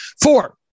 Four